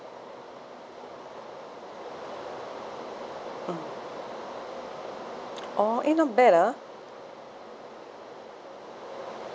mm oh eh not bad ah